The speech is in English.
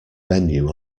venue